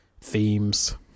themes